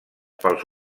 pels